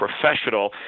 professional